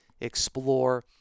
explore